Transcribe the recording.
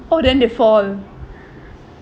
oh then they fall